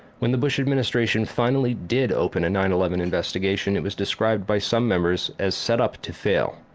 when the bush administration finally did open a nine eleven investigation it was described by some members as set up to fail.